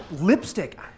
lipstick